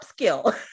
upskill